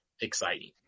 exciting